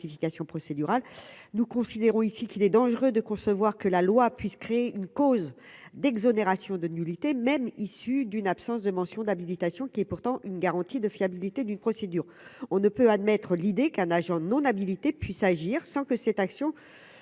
nous considérons ici qu'il est dangereux de concevoir que la loi puisse créer une cause d'exonération de nullité même issu d'une absence de mention d'habilitation qui est pourtant une garantie de fiabilité d'une procédure, on ne peut admettre l'idée qu'un agent non habilités puissent agir sans que cette action ne puisse